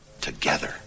together